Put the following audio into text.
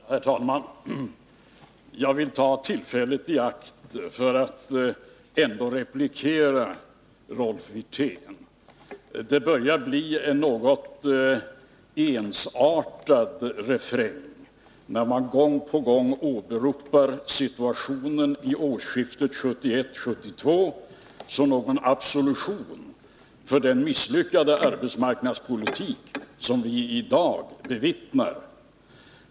Herr talman! Jag vill ta tillfället i akt för att replikera Rolf Wirtén. Det börjar bli en något ensartad refräng, när man gång på gång åberopar situationen vid årsskiftet 1971-1972 som någon absolution för den misslyckade arbetsmarknadspolitik som vi i dag bevittnar.